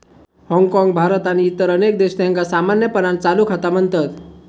हाँगकाँग, भारत आणि इतर अनेक देश, त्यांका सामान्यपणान चालू खाता म्हणतत